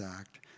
Act